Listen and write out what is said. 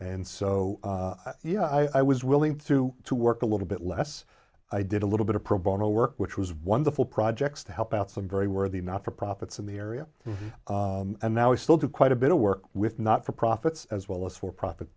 and so yeah i was willing through to work a little bit less i did a little bit of pro bono work which was wonderful projects to help out some very worthy not for profits in the area and now we still do quite a bit of work with not for profits as well as for profit